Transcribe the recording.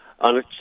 on